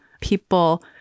People